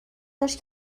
داشت